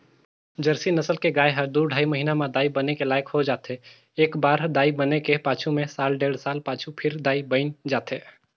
Jersey नसल के गाय ह दू ढ़ाई महिना म दाई बने के लइक हो जाथे, एकबार दाई बने के पाछू में साल डेढ़ साल पाछू फेर दाई बइन जाथे